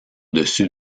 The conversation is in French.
dessus